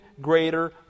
greater